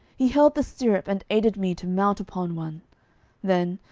he held the stirrup and aided me to mount upon one then,